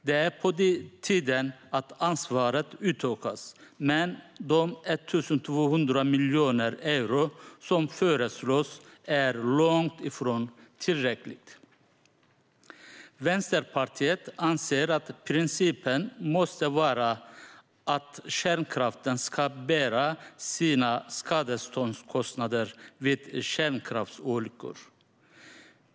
Det är på tiden att ansvaret utökas, men de 1 200 miljoner euro som föreslås är långt ifrån tillräckligt. Vänsterpartiet anser att principen måste vara att kärnkraften ska bära sina skadeståndskostnader vid kärnkraftsolyckor.